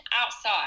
outside